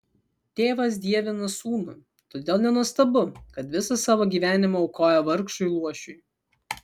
tėvas dievina sūnų todėl nenuostabu kad visą savo gyvenimą aukoja vargšui luošiui